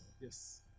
Yes